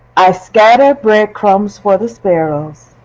i scatter breadcrumbs for the sparrows.